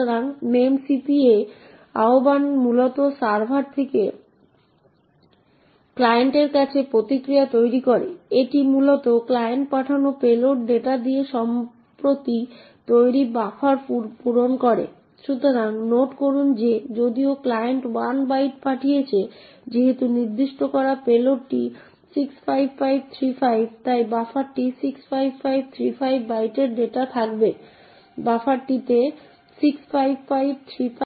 সুতরাং মনে রাখবেন এখানে আমরা প্রথম ডেটা পাব যা 0804a040 এবং তারপর এটি সরাসরি ষষ্ঠ এন্ট্রিতে বা ষষ্ঠ যুক্তি এবং কারণ এটি একটি টপ সিক্রেট ম্যাসেজ যা স্ক্রীনে প্রিন্ট হবে ধন্যবাদ